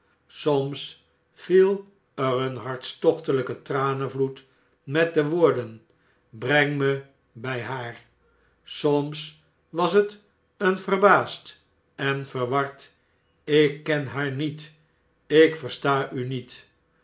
soms viel er een hartstochtelijke tranenvloed met de woorden breng me bij haar soms was het een verbaasd en verward ik ken haar niet ik versta u niet